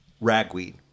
ragweed